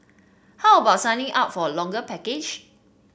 how about signing up for a longer package